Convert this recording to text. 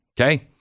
Okay